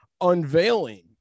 unveiling